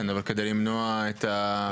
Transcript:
כן, אבל כדי למנוע את המצב מראש?